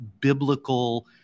biblical